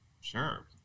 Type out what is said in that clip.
sure